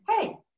hey